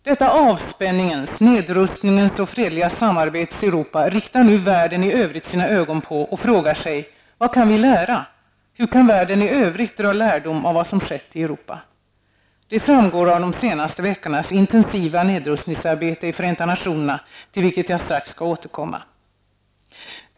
Detta avspänningens, nedrustningens och det fredliga samarbetets Europa riktar nu världen i övrigt sina ögon på och frågar sig: Vad kan vi lära, hur kan världen i övrigt dra lärdom av vad som skett i Europa. Det framgår av de senaste veckornas intensiva nedrustningsarbete i Förenta nationerna, till vilken jag strax skall återkomma.